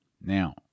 Now